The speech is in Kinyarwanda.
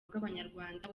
bw’abanyarwanda